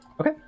okay